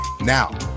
Now